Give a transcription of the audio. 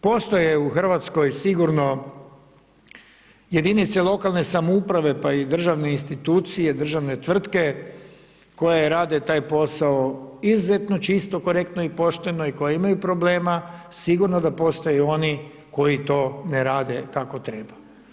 Postoje u Hrvatskoj sigurno jedinice lokalne samouprave, pa i državne institucije, državne tvrtke, koje rade taj posao izuzetno čisto, korektno i pošteno i koji imaju problema, sigurno da postoje oni koji to ne rade kako treba.